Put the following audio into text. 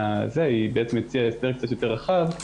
והיא בעצם הציעה הסדר קצת יותר רחב.